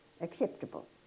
acceptable